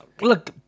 Look